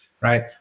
right